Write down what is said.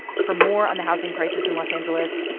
for more on the housing crisis in los angeles,